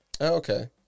Okay